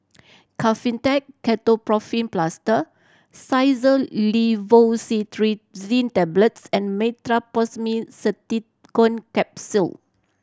Kefentech Ketoprofen Plaster Xyzal Levocetirizine Tablets and Meteospasmyl Simeticone Capsule